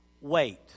Wait